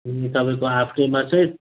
अनि तपाईँको हाफ डेमा चाहिँ